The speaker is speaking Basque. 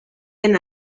den